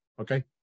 okay